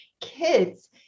kids